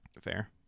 Fair